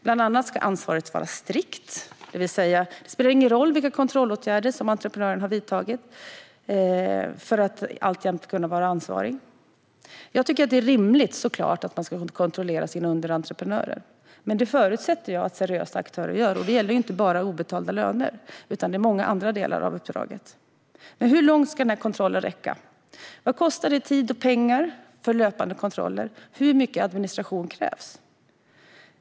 Bland annat ska ansvaret falla strikt, det vill säga att det inte spelar någon roll vilka kontrollåtgärder entreprenören har vidtagit för att alltjämt kunna vara ansvarig. Jag tycker självklart att det är rimligt att man ska kontrollera sina underentreprenörer, men det förutsätter jag att seriösa aktörer gör. Det gäller inte heller bara obetalda löner utan även många andra delar av uppdraget. Men hur långt ska kontrollen räcka? Vad kostar det i tid och pengar med löpande kontroller? Hur mycket administration krävs?